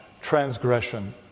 transgression